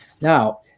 now